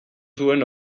zuen